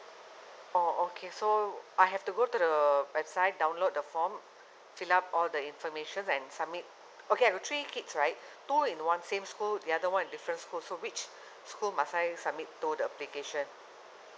oh okay so I have to go to the website download the form fill up all the information and submit okay I have three kids right two in one same school the other one in different school so which school must I submit to the application